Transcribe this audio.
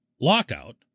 lockout